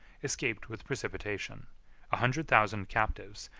escaped with precipitation a hundred thousand captives,